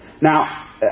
Now